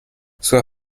sua